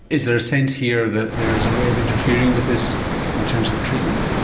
is there a sense here that there's a way of interfering with this in terms of a treatment?